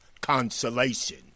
consolation